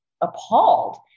appalled